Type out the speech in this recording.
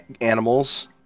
animals